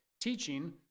teaching